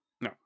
No